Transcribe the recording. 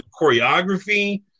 choreography